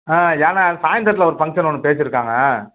ஆ ஏன்னால் சாய்ந்தரத்தில் ஒரு ஃபங்ஷன் ஒன்று பேசியிருக்காங்க